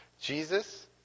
Jesus